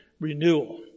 renewal